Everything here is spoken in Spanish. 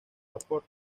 vapor